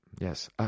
Yes